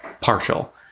partial